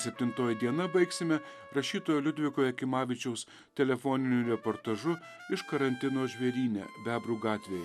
septintoji diena baigsime rašytojo liudviko jakimavičiaus telefoniniu reportažu iš karantino žvėryne bebrų gatvėje